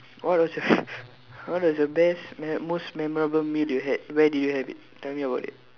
what was your what was your best m~ most memorable meal you had where did you have it tell me about it